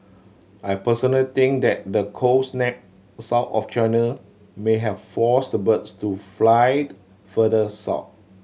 I personal think that the cold snap south of China may have forced the birds to fly further south